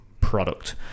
product